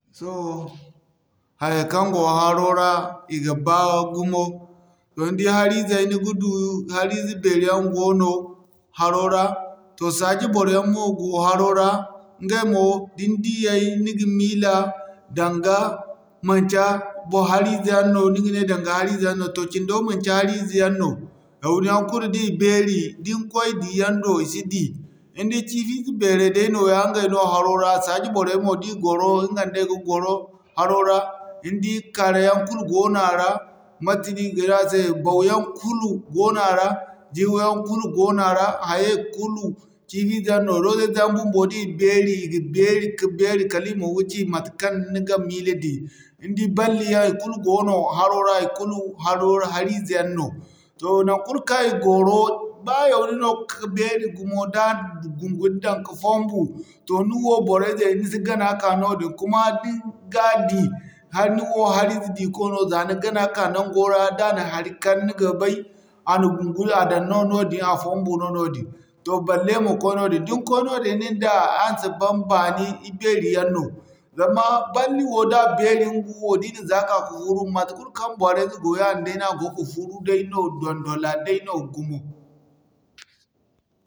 Sohõ hayay kaŋ go haro ra i ga baa gumo toh ni di harizey ni ga du harize beeri yaŋ goono haro ra. Toh saaji boroyaŋ mo go haro ra, ɲgay mo da ni diyay ni ga miila danga manci harize yaŋ no ni ga ne daŋga harize yaŋ no toh cindo manci harize yaŋ no. Mauli yaŋ kulu da i beeri din koy i di yaŋ do i si di ni di ciifi ize beeray day nooya ɲgay no haray ra, saaji boray mo da i gwaro ɲgay day ga gwaro haro ra, ni di kaaray yaŋ kulu goono haro ra, mate no i ga ne ase bau yaŋ kulu goono a ra, jiwayaŋ kulu goono a ra, hayay kulu ciifi ize yaŋ no. Roze ize yaŋ bumbo da i beeri i ga beeri ka beeri kala i ma wuce matekaŋ ni ga beeri din. Ni di balli yaŋ i kulu goono haro ra ikulu haro harize yaŋ no. Toh naŋ kulu kaŋ i gwaro ba yawni no ka beeri gumo da a na gunguri daŋ ka fombu toh ni wo bora'ize ni si gana ka'ka noodin. Kuma da ni ga di hala nin wo harize di ko no za ni gana ka nango ra da na hari kar ni ga bay, a na gunguri a daŋ no noodin, a fombu no noodin. Toh balle ma koy noodin, din koy noodin nin da araŋ si ban baani, i beeri yaŋ no. Zama balli wo da beeri ɲga wo da i na zaaka ka furu matekaŋ bora'ize go yaadin day no a go ga furu day no dondola day no gumo.